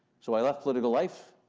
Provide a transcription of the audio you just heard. so, i left political life.